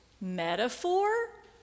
Metaphor